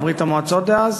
או ברית-המועצות דאז,